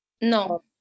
No